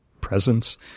presence